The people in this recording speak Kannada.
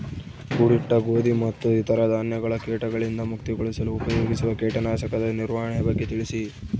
ಕೂಡಿಟ್ಟ ಗೋಧಿ ಮತ್ತು ಇತರ ಧಾನ್ಯಗಳ ಕೇಟಗಳಿಂದ ಮುಕ್ತಿಗೊಳಿಸಲು ಉಪಯೋಗಿಸುವ ಕೇಟನಾಶಕದ ನಿರ್ವಹಣೆಯ ಬಗ್ಗೆ ತಿಳಿಸಿ?